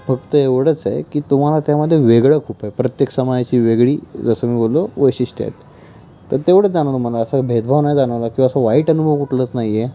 फक्त एवढंच आहे की तुम्हाला त्यामध्ये वेगळं खूप आहे प्रत्येक समाजाची वेगळी जसं मी बोललो वैशिष्ट्य आहेत तर तेवढं जाणवलं मला असा भेदभाव नाही जाणवला किंवा असं वाईट अनुभव कुठलंच नाही आहे